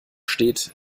steht